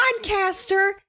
podcaster